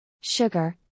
sugar